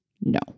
No